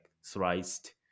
sliced